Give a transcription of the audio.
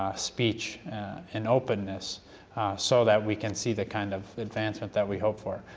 ah speech and openness so that we can see the kind of advancement that we hope for.